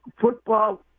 Football